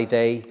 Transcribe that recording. day